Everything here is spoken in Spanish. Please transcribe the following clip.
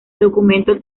documento